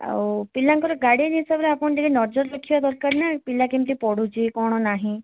ଆଉ ପିଲାଙ୍କର ଗାର୍ଡ଼ିଆନ୍ ହିସାବରେ ଆପଣ ଟିକିଏ ନଜର ରଖିବା ଦରକାର ନା ପିଲା କେମିତି ପଢ଼ୁଛି କ'ଣ ନାହିଁ